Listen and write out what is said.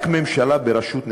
רק ממשלה בראשות נתניהו,